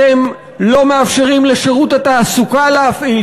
אתם לא מאפשרים לשירות התעסוקה להפעיל,